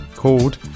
called